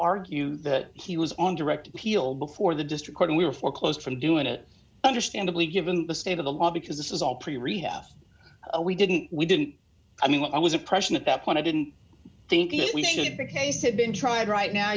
argue that he was on direct appeal before the district court and we were foreclosed from doing it understandably given the state of the law because this is all pretty rehab we didn't we didn't i mean when i was oppression at that point i didn't think that we should bring cases have been tried right now